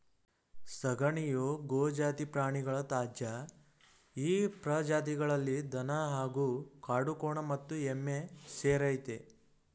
ಸಗಣಿಯು ಗೋಜಾತಿ ಪ್ರಾಣಿಗಳ ತ್ಯಾಜ್ಯ ಈ ಪ್ರಜಾತಿಗಳಲ್ಲಿ ದನ ಹಾಗೂ ಕಾಡುಕೋಣ ಮತ್ತು ಎಮ್ಮೆ ಸೇರಯ್ತೆ